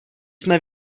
jsme